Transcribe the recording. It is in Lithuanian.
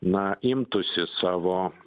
na imtųsi savo